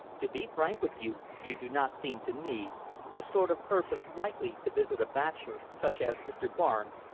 to be frank with you, you do not seem to me the sort of person likely to visit a bachelor such as mr. barnes,